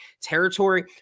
territory